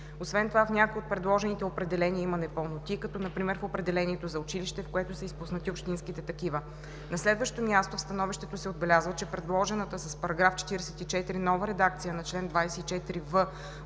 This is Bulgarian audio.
Освен това в някои от предложените определения има непълноти, като например в определението за „училище“, в което са изпуснати общинските такива. На следващо място, в становището се отбелязва, че предложената с § 44 нова редакция на чл. 24в от Закона